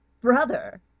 Brother